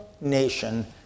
nation